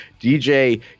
DJ